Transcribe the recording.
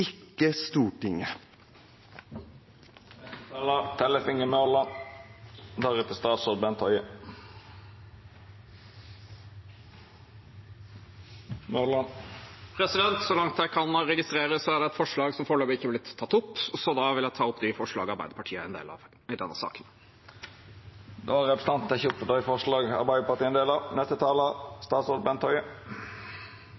ikke Stortinget. Så langt jeg kan registrere, er det et forslag som foreløpig ikke er blitt tatt opp, så da vil jeg ta opp det forslaget som Arbeiderpartiet har i denne saken. Representanten Tellef Inge Mørland har teke opp det forslaget han refererte til. Som representantene viser til, fattet Stortinget i forbindelse med behandling av